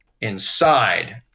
inside